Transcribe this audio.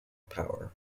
power